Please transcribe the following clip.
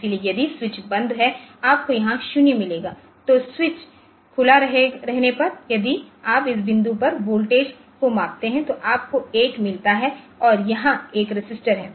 इसलिए यदि स्विच बंद है आपको यहां 0 मिलेगा तो स्विच खुला रहने पर यदि आप इस बिंदु पर वोल्टेज को मापते हैं तो आपको 1 मिलता है और यहां एक रेसिस्टर है